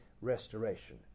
restoration